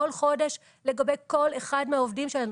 כל חודש לגבי כל אחד מהעובדים שלנו.